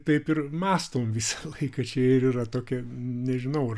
taip ir mąstom visą laiką čia ir yra tokia nežinau ar